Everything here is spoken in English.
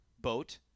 boat